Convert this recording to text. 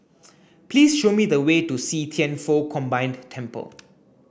please show me the way to see Thian Foh Combined Temple